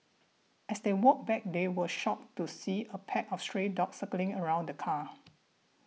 as they walked back they were shocked to see a pack of stray dogs circling around the car